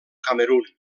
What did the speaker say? camerun